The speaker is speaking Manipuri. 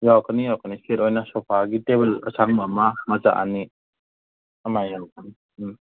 ꯌꯥꯎꯔꯛꯀꯅꯤ ꯌꯥꯎꯔꯛꯀꯅꯤ ꯁꯦꯠ ꯂꯣꯏꯅ ꯁꯣꯐꯥꯒꯤ ꯇꯦꯕꯜ ꯑꯁꯥꯡꯕ ꯑꯃ ꯃꯆꯥ ꯑꯅꯤ ꯑꯗꯨꯝꯃꯥꯏꯅ ꯌꯥꯎꯔꯛꯀꯅꯤ ꯎꯝ